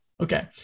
Okay